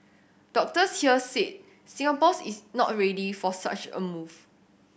doctors here said Singapore's is not ready for such a move